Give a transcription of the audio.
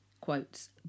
Quotes